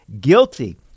guilty